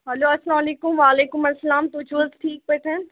hello اسلام علیکُم وعلیکُم اسلام تُہۍ چھِو حظ ٹھیٖک پٲٹھۍ